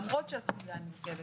למרות שהסוגיה היא מורכבת.